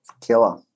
Killer